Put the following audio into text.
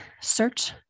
search